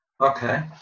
Okay